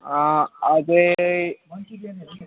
अझै